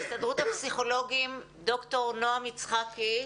הסתדרות הפסיכולוגים, ד"ר נעם יצחקי.